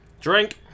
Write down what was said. Drink